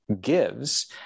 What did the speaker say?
gives